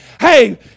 Hey